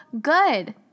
good